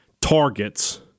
targets